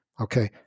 Okay